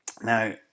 Now